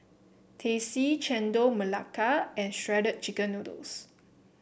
Teh C Chendol Melaka and Shredded Chicken Noodles